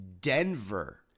Denver